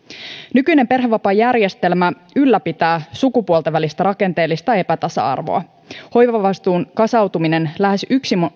nykyinen perhevapaajärjestelmä ylläpitää sukupuolten välistä rakenteellista epätasa arvoa hoivavastuun kasautuminen lähes